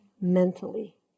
mentally